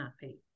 happy